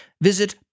Visit